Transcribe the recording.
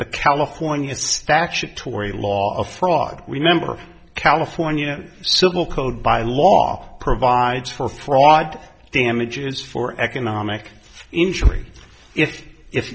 the california statutory law of fraud remember california civil code by law provides for fraud damages for economic injury if if